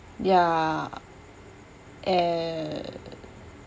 ya and